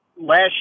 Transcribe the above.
Last